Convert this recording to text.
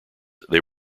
they